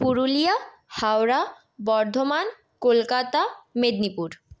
Purulia Howrah Bardhaman Kolkata Medinipur